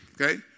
okay